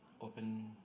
open